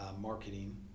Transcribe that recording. marketing